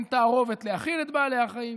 אין תערובת להאכיל את בעלי החיים.